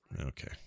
Okay